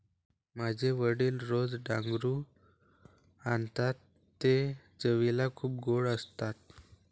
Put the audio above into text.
माझे वडील रोज डांगरू आणतात ते चवीला खूप गोड असतात